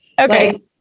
Okay